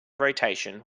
rotation